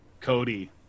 cody